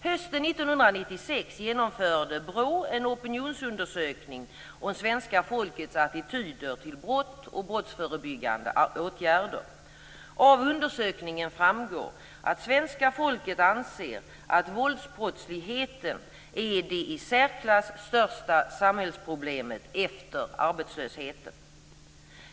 Hösten 1996 genomförde BRÅ en opinionsundersökning om svenska folkets attityder till brott och brottsförebyggande åtgärder. Av undersökningen framgår att svenska folket anser att våldsbrottsligheten är det i särklass största samhällsproblemet efter arbetslösheten.